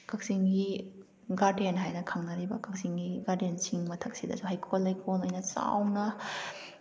ꯀꯛꯆꯤꯡꯒꯤ ꯒꯥꯔꯗꯦꯟ ꯍꯥꯏꯅ ꯈꯪꯅꯔꯤꯕ ꯀꯛꯆꯤꯡꯒꯤ ꯒꯥꯔꯗꯦꯟ ꯆꯤꯡ ꯃꯊꯛꯇ ꯁꯤꯗꯁꯨ ꯍꯩꯀꯣꯜ ꯂꯩꯀꯣꯜ ꯑꯣꯏꯅ ꯆꯥꯎꯅ